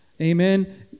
Amen